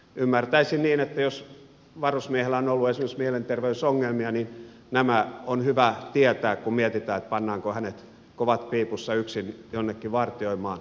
ymmärtäisin niin että jos varusmiehellä on ollut esimerkiksi mielenterveysongelmia niin nämä on hyvä tietää kun mietitään pannaanko hänet kovat piipussa yksin jonnekin vartioimaan esimerkiksi